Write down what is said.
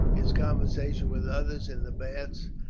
his conversations with others in the baths,